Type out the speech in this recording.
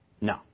No